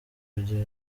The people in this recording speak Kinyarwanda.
kugira